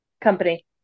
Company